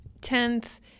Tenth